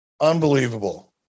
Unbelievable